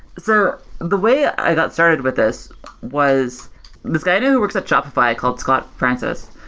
so the way i got started with this was this guy who who works at shopify called scott francis,